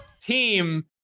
team